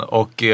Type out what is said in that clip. och